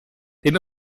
den